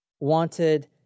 wanted